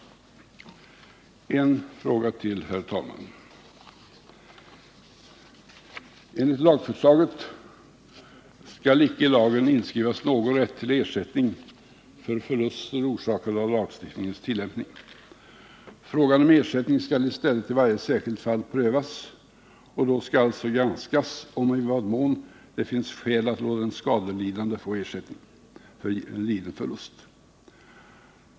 En fråga till, herr talman. Enligt lagförslagen skall icke i lagen inskrivas någon rätt till ersättning för förluster, orsakade av lagstiftningens tillämpning. Frågan om ersättning skall i stället i varje särskilt fall prövas, och då skall alltså granskas om och i vad mån det finns skäl att låta den skadelidande få ersättning för liden förlust.